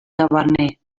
taverner